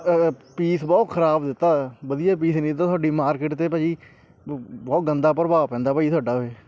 piece ਬਹੁਤ ਖਰਾਬ ਦਿੱਤਾ ਵਧੀਆ ਪੀਸ ਨਹੀਂ ਦਿੱਤਾ ਤੁਹਾਡੀ ਮਾਰਕੀਟ 'ਤੇ ਭਾਅ ਜੀ ਬਹੁਤ ਗੰਦਾ ਪ੍ਰਭਾਵ ਪੈਂਦਾ ਭਾਅ ਜੀ ਤੁਹਾਡਾ